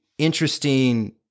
interesting